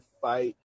fight